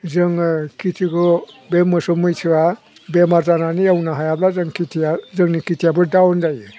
जोङो खेथिखौ बे मोसौ मैसोआ बेमार जानानै एवनो हायाब्ला जोंनि खेथियाबो डाउन जायो